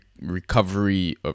recovery